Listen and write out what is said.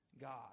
God